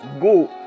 Go